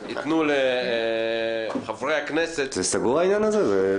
ייתנו לחברי הכנסת --- זה סגור העניין הזה?